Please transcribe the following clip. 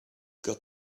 got